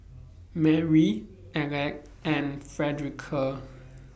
Marry Aleck and Frederica